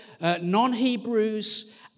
non-Hebrews